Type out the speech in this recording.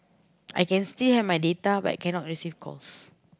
I can still have my data but I cannot receive calls